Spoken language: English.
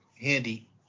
handy